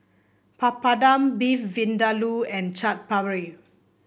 Papadum Beef Vindaloo and Chaat Papri